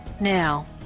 now